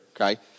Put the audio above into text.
Okay